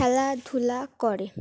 খেলাধুলা করে